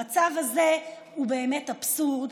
המצב הזה הוא באמת אבסורד,